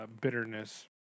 bitterness